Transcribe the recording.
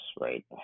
right